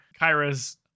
Kyra's